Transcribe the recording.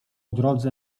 drodze